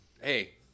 Hey